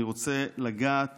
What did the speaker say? אני רוצה לגעת